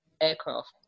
aircraft